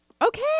Okay